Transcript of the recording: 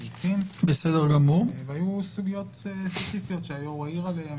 היו סוגיות ספציפיות שהיו"ר העיר עליהן